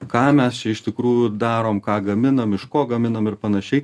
ką mes čia iš tikrųjų darom ką gaminam iš ko gaminam ir panašiai